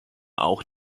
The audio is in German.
auch